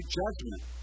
judgment